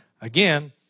again